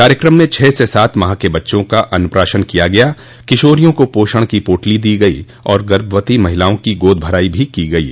कार्यक्रम मं छः से सात माह के बच्चों का अन्नप्राशन किया गया किशोरियों को पोषण की पोटली दी गयो और गर्भवती महिलाओं की गोद भराई भी की गयी